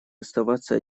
оставаться